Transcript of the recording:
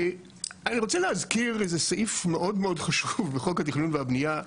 אני רוצה להזכיר איזה סעיף מאוד חשוב בחוק התכנון והבנייה,